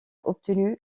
obtenu